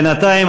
בינתיים,